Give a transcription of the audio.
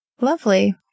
Lovely